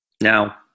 Now